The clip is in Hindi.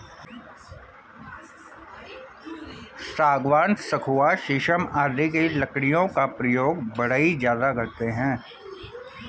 सागवान, सखुआ शीशम आदि की लकड़ियों का प्रयोग बढ़ई ज्यादा करते हैं